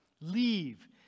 Leave